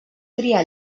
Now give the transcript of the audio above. triar